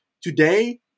today